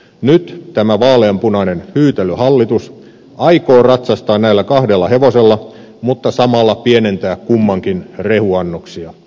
nyt tämä vaaleanpunainen hyytelöhallitus aikoo ratsastaa näillä kahdella hevosella mutta samalla pienentää kummankin rehuannoksia